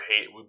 hate